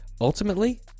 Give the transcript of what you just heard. Ultimately